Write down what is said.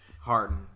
Harden